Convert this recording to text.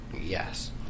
yes